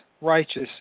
righteous